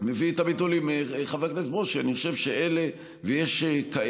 אז מה רצית בדיוק שהם יעשו,